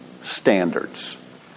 standards